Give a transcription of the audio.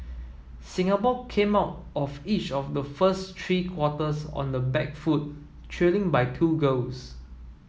Singapore came out of each of the first three quarters on the back foot trailing by two goals